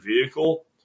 vehicle